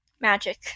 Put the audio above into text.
Magic